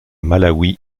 malawi